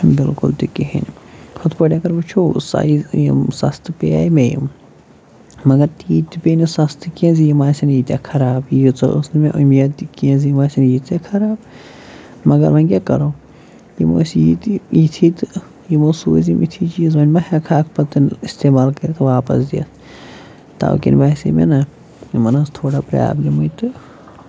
بِلکُل تہِ کِہیٖنٛۍ ہُتھٕ پٲٹھۍ اَگر وُچھو سایِز یِم سَستہٕ پیٚیاے مےٚ یِم مَگر تیٖتۍ تہِ پیٚیہِ نہٕ سَستہٕ کِہیٖنٛۍ زِ یِم آسن ییٖتیٛاہ خراب ییٖژاہ ٲسۍ نہٕ مےٚ اُمید تہِ کیٚنٛہہ زِ یِم آسٮ۪ن ییٖتیٛاہ خراب مَگر وۅنۍ کیٛاہ کَرو یِم ٲسۍ ییٖتی ییٖتھی تہٕ یِمو سوٗز یِم یِتھی چیٖز وۅنۍ ما ہٮ۪کہٕ ہاکھ اَتھ پَتن اِٮستعمال کٔرِتھ واپَس دِتھ تَوٕ کٔنۍ باسیٚے مےٚ نا یِمَن ٲسۍ تھوڑا پرٛابلِمٕے تہٕ